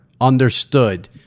understood